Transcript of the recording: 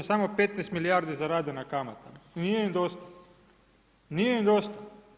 Samo 15 milijardi zarade na kamatama i nije im dosta, nije im dosta.